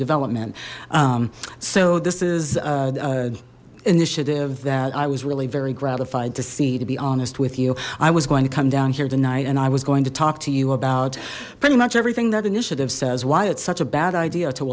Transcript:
development so this is a initiative that i was really very gratified to see to be honest with you i was going to come down here tonight and i was going to talk to you about pretty much everything that initiative says why it's such a bad idea to